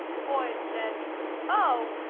boyd said oh,